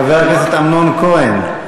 חבר הכנסת אמנון כהן,